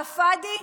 עלא פאדי,